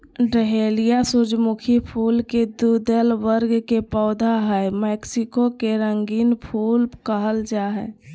dahlia सूर्यमुखी फुल के द्विदल वर्ग के पौधा हई मैक्सिको के रंगीन फूल कहल जा हई